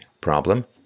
problem